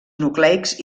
nucleics